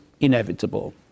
inevitable